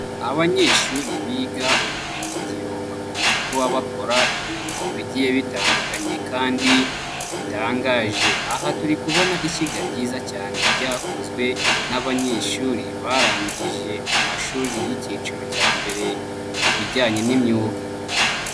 Abanyeshuri biga ubumenyingiro bakunze kuba bakora ibintu bigiye bitandukanye kandi bitangaje. Aha turi kubona ishyiga ryiza cyane ryakozwe n'abanyeshuri barangije amashuri y'ikiciro cya mbere mu bijyanye n'imyuga.